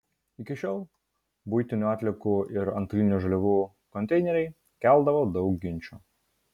iki šiol buitinių atliekų ir antrinių žaliavų konteineriai keldavo daug ginčų